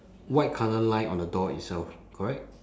white colour line on the door itself correct